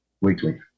weekly